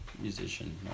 musician